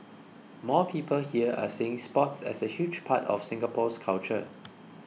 more people here are seeing sports as a huge part of Singapore's culture